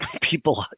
people